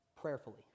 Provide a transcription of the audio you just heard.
prayerfully